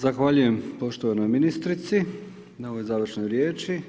Zahvaljujem poštovanoj ministrici na ovoj završnoj riječi.